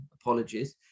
apologies